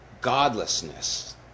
godlessness